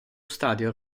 stadio